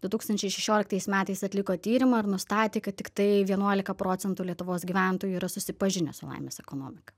du tūkstančiai šešioliktais metais atliko tyrimą ir nustatė kad tiktai vienuolika procentų lietuvos gyventojų yra susipažinę su laimės ekonomika